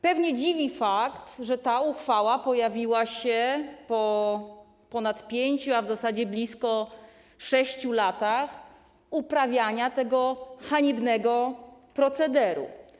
Pewnie dziwi fakt, że ta uchwała pojawiła się po ponad pięciu, a w zasadzie po blisko sześciu latach uprawiania tego haniebnego procederu.